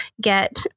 get